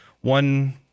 one